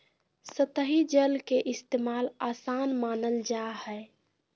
सतही जल के इस्तेमाल, आसान मानल जा हय